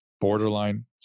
borderline